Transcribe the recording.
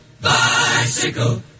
bicycle